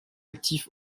actif